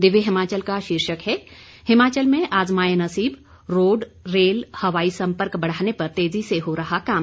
दिव्य हिमाचल का शीर्षक है हिमाचल में आजमाएं नसीब रोड रेल हवाई संपर्क बढ़ाने पर तेजी से हो रहा काम